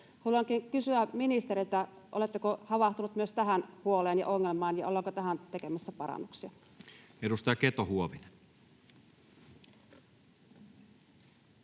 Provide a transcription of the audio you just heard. Haluankin kysyä ministeriltä: oletteko havahtunut myös tähän huoleen ja ongelmaan, ja ollaanko tähän tekemässä parannuksia? [Speech 133] Speaker: